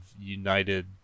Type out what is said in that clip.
United